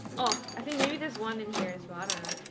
oh, i think maybe there's one in here is water